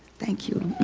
thank you